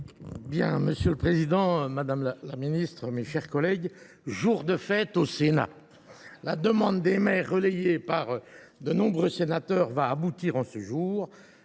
Pernot. Monsieur le président, madame la ministre, mes chers collègues, c’est jour de fête au Sénat ! La demande des maires, relayée par de nombreux sénateurs, va aboutir aujourd’hui